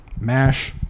MASH